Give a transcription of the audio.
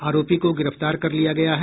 आरोपी को गिरफ्तार कर लिया गया है